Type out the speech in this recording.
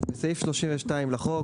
בסעיף 32 לחוק,